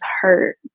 hurt